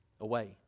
away